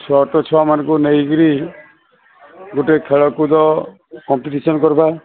ଛୁଆ ତ ଛୁଆମାନଙ୍କୁ ନେଇକରି ଗୋଟେ ଖେଳ କୁଦ କମ୍ପିଟିସନ୍ କରିବା